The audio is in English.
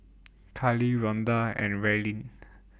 Kiley Ronda and Raelynn